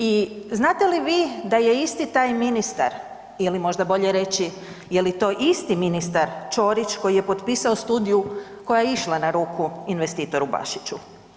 I znate li vi da je isti taj ministar ili možda bolje reći je li to isti ministar Ćorić koji je potpisao studiju koja je išla na ruku investitoru Bašiću?